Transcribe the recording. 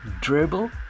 Dribble